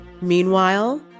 Meanwhile